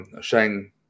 Shang